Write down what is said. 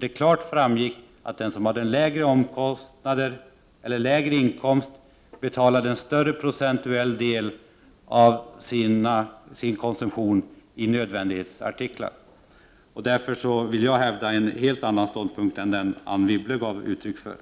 Därav framgick klart att den som hade låg inkomst betalade en större procentuell del av sin inkomst för konsumtion av nödvändighetsartiklar. Därför vill jag hävda en helt annan ståndpunkt än den Anne Wibble gav uttryck för.